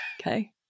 okay